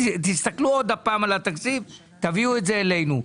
תסתכלו עוד פעם על התקציב, תביאו את זה אלינו.